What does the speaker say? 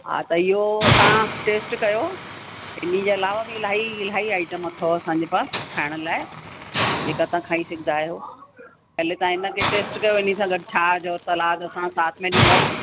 हा त इहो तव्हां टेस्ट कयो इनजे अलावा बि इलाही इलाही आइटम अथव असांजे पास खाइण लाइ जेका तव्हां खाई सघंदा आहियो पहिरीं तव्हां इनखे टेस्ट कयो इनसां गॾु छा सलाद असां साथ में ॾींदासीं